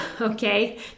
okay